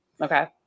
Okay